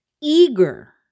eager